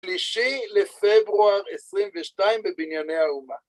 ‫שלישי לפברואר 22' בבנייני האומה.